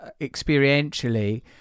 experientially